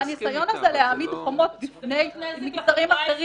נזק לחברה הישראלית --- הניסיון הזה להעמיד חומות בפני מגזרים אחרים,